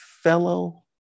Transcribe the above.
fellow